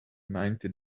ninety